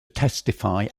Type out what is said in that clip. testify